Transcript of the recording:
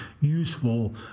useful